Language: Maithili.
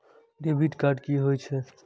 डेबिट कार्ड की होय छे?